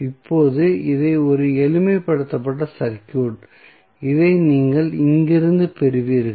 இப்போது இது ஒரு எளிமைப்படுத்தப்பட்ட சர்க்யூட் இதை நீங்கள் இங்கிருந்து பெறுவீர்கள்